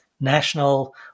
national